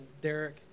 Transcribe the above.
Derek